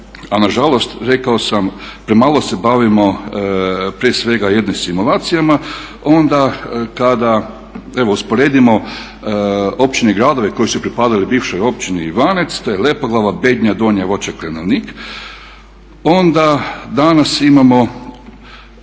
a nažalost rekao sam premalo se bavimo prije svega jednim simulacijama, onda kada usporedimo općine i gradove koji su pripadali bivšoj općini Ivanec, to je Lepoglava, Bednja, Donja Voća, Klenovnik, onda danas imamo